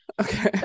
Okay